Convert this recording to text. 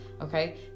Okay